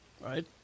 right